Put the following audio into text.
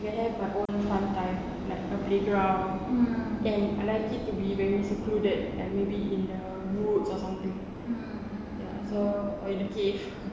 can have my own fun time like a playground and I like it to be very secluded like maybe in the woods or something so or in a cave